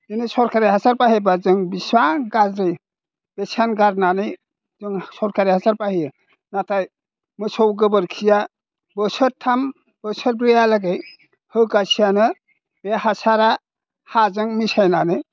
बिदिनो सरखारि हासार बाहायब्ला जों बिसिबां गाज्रि बिसिबां गारनानै जोङो सरखारि हासार बायो नाथाय मोसौ गोबोरखिया बोसोरथाम बोसोरब्रैहालागै होगासेयावनो बे हासारा हाजों मिसायनानै